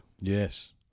Yes